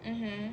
mmhmm